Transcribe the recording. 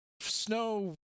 snow